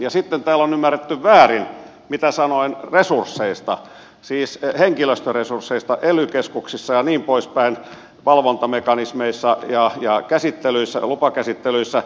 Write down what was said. ja sitten täällä on ymmärretty väärin mitä sanoin resursseista siis henkilöstöresursseista ely keskuksissa ja niin poispäin valvontamekanismeissa ja lupakäsittelyissä